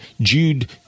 Jude